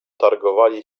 targowali